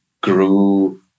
grew